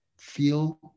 feel